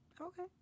Okay